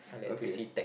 okay